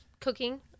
cooking